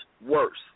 worse